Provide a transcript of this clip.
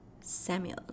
Samuel